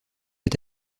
est